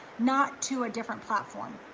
not to a different platform,